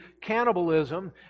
cannibalism